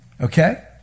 okay